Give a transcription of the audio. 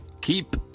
Keep